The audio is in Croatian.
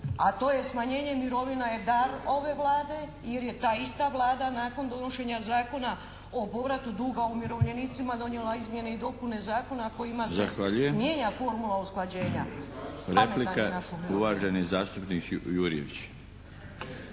a to je smanjenje mirovina je dar ove Vlade, jer je ta ista Vlada nakon donošenja Zakona o povratu duga umirovljenicima donijela izmjene i dopune zakona kojima se mijenja formula usklađenja.